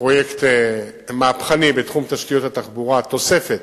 פרויקט מהפכני בתחום תשתיות התחבורה, תוספת,